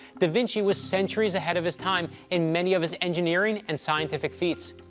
da vinci was centuries ahead of his time in many of his engineering and scientific feats.